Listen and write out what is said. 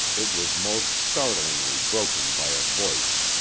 it was most startlingly broken by a voice.